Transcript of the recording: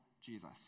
Jesus